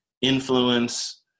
influence